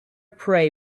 prey